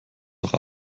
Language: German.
doch